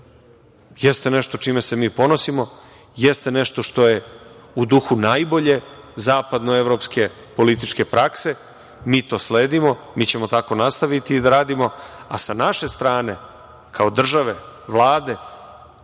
jeste nešto čime se mi ponosimo, jeste nešto što je u duhu najbolje zapadnoevropske političke prakse. Mi to sledimo, mi ćemo tako nastaviti da radimo, a sa naše strane kao države, Vlade,